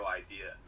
idea